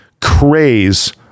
craze